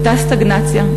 אותה סטגנציה,